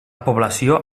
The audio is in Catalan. població